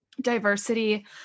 diversity